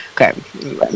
Okay